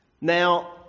Now